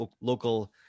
local